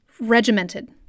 regimented